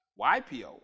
YPO